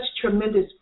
tremendous